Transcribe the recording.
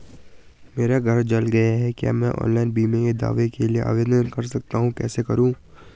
मेरा घर जल गया है क्या मैं ऑनलाइन बीमे के दावे के लिए आवेदन कर सकता हूँ कैसे करूँ?